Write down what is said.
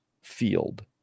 field